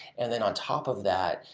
and then, on top of that,